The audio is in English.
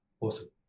awesome